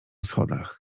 schodach